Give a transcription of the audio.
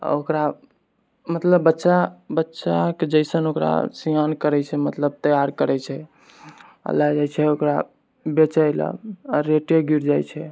आओर ओकरा मतलब बच्चा बच्चाके जैसन ओकरा स्यान करै छै मतलब तैयार करै छै आओर लऽ जाइछै ओकरा बेचै लए आओर रेटे गिर जाइ छै